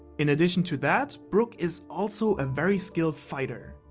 in addition to that brook is also a very skilled fighter.